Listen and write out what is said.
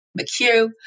McHugh